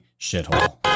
shithole